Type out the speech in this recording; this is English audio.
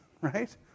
right